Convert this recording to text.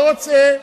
לא רוצה.